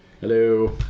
hello